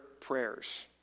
prayers